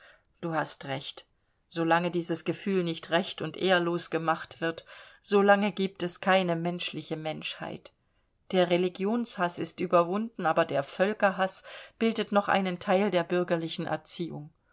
du hast recht so lange dieses gefühl nicht recht und ehrlos gemacht wird so lange gibt es keine menschliche menschheit der religionshaß ist überwunden aber der völkerhaß bildet noch einen teil der bürgerlichen erziehung